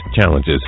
challenges